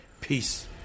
Peace